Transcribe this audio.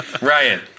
Ryan